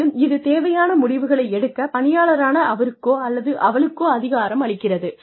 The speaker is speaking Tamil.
மேலும் இது தேவையான முடிவுகளை எடுக்க பணியாளரான அவருக்கோ அல்லது அவளுக்கோ அதிகாரம் அளிக்கிறது